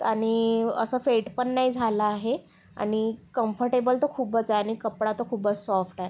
आणि असा फेट नाही झाला आहे आणि कंफर्टेबल तर खूपच आहे आणि कपडा तर खूपच सॉफ्ट आहे